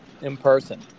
in-person